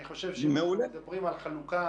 אני חושב שאם מדברים על חלוקה